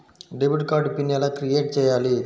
Debit card PIN ఎలా create చెయ్యాలి?